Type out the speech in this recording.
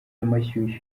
amashyushyu